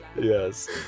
Yes